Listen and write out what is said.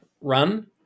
run